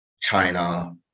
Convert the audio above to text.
China